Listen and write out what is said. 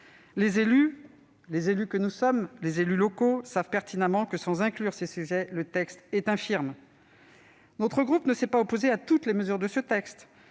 Les élus- ceux que nous sommes comme les élus locaux -savent pertinemment que, sans traitement de ces sujets, le texte est infirme. Notre groupe ne s'est pas opposé à toutes les mesures du projet